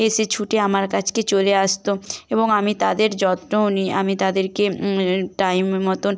এসে ছুটে আমার কাছে চলে আসতো এবং আমি তাদের যত্নও নিই আমি তাদেরকে টাইম মতোন